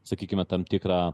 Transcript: sakykime tam tikrą